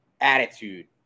attitude